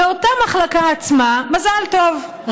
באותה מחלקה עצמה: מזל טוב,